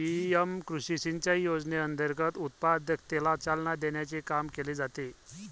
PM कृषी सिंचाई योजनेअंतर्गत उत्पादकतेला चालना देण्याचे काम केले जाते